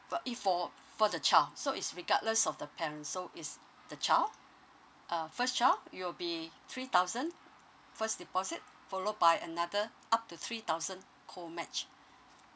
uh if for for the child so is regardless of the parents so is the child uh first child it will be three thousand first deposit followed by another up to three thousand co match